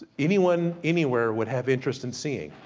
anyone, anywhere would have interest in seeing.